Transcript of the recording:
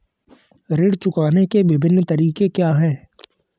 ऋण चुकाने के विभिन्न तरीके क्या हैं?